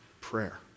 prayer